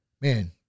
man